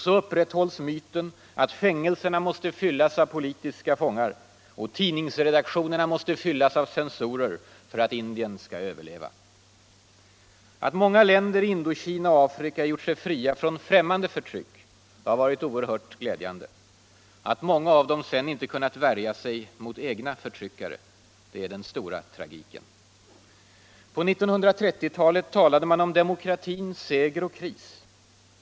Så upprätthålls myten att fängelserna måste fyllas med politiska fångar och att tidningsredaktionerna måste fyllas av censorer för att Indien skall överleva. Att många länder i Indokina och Afrika gjort sig fria från främmande förtryck har varit oerhört glädjande. Att många av dem sedan inte kunnat värja sig mot egna förtryckare är den stora tragiken. På 1930-talet talade man om demokratins seger och kris.